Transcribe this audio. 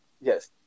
yes